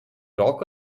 talk